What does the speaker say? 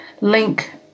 link